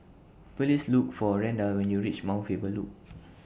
Please Look For Randall when YOU REACH Mount Faber Loop